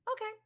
Okay